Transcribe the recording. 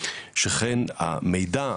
שכן המידע,